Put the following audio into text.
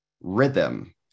rhythm